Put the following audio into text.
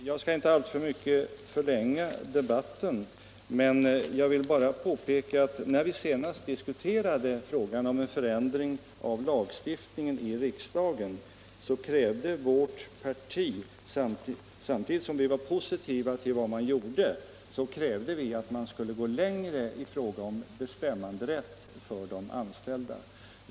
Herr talman! Jag skall inte förlänga denna debatt alltför mycket, men jag vill påpeka att när vi här i riksdagen senast diskuterade frågan om en förändring av lagstiftningen krävde vårt parti — samtidigt som vi var positiva till vad som gjordes — att man skulle gå längre i fråga om bestämmanderätt för de anställda.